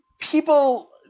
people –